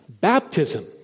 Baptism